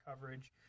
coverage